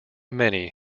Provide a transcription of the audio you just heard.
many